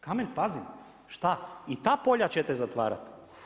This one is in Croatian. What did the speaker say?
Kamen Pazin, šta i ta polja ćete zatvarat?